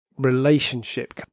relationship